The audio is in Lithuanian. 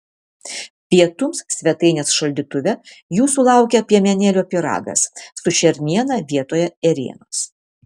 pietums svetainės šaldytuve jūsų laukia piemenėlių pyragas su šerniena vietoje ėrienos